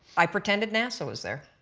i pretend that nasa was there.